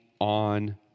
on